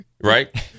right